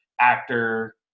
actor